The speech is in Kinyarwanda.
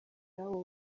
ubwabo